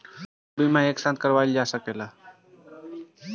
दो बीमा एक साथ करवाईल जा सकेला?